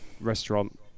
restaurant